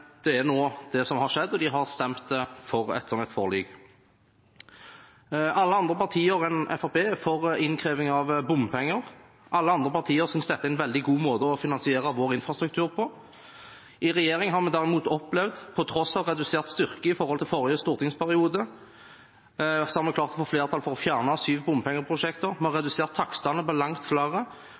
det er nå det som har skjedd, og de har stemt for et slikt forlik. Alle andre partier enn Fremskrittspartiet er for innkreving av bompenger. Alle andre partier synes dette er en veldig god måte å finansiere vår infrastruktur på. I regjering har vi derimot opplevd, på tross av redusert styrke i forhold til forrige stortingsperiode, å få flertall for å fjerne syv bompengeprosjekter, vi har redusert takstene på langt flere,